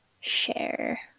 share